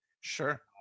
sure